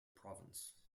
province